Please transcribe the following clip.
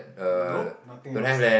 nope nothing else